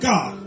God